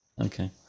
Okay